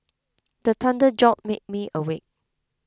the thunder jolt make me awake